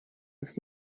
ist